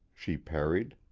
she parried.